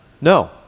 No